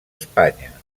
espanya